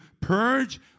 purge